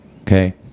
Okay